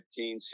15